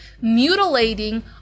mutilating